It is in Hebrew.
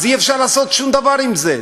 אז אי-אפשר לעשות שום דבר עם זה.